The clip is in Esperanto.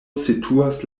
situas